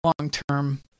long-term